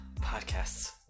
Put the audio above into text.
Podcasts